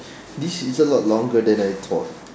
this is a lot longer than I thought